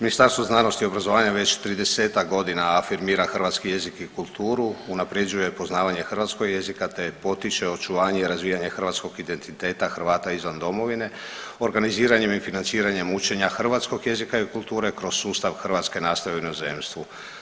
Ministarstvo znanosti i obrazovanja već tridesetak godina afirmira hrvatski jezik i kulturu, unapređuje poznavanje hrvatskog jezika, te potiče očuvanje i razvijanje hrvatskog identiteta Hrvata izvan domovine organiziranjem i financiranjem učenja hrvatskog jezika i kulture kroz sustav hrvatske nastave u inozemstvu.